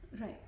Right